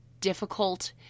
difficult